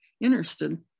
interested